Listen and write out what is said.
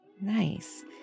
Nice